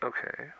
Okay